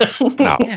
No